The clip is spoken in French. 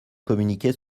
communiquer